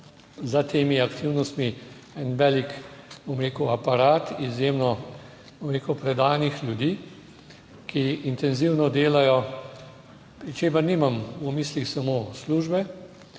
za temi aktivnostmi en velik, bom rekel, aparat izjemno, bom rekel, predanih ljudi, ki intenzivno delajo, pri čemer nimam v mislih samo službe,